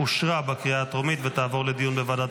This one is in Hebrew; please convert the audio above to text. אושרה בקריאה הטרומית ותעבור לדיון בוועדת